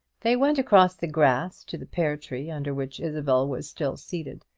they went across the grass to the pear-tree, under which isabel was still seated.